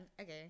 Okay